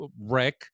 Wreck